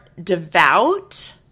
devout